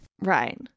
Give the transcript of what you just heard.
Right